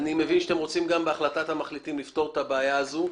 אני מבין שאתם רוצים בהצת המחליטים לפתור את הבעיה הזו.